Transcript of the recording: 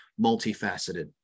multifaceted